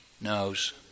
knows